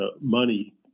money